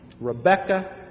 Rebecca